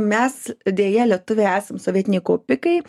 mes deja lietuviai esam sovietiniai kaupikai